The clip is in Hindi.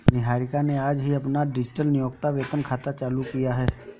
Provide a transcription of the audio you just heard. निहारिका ने आज ही अपना डिजिटल नियोक्ता वेतन खाता चालू किया है